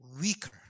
weaker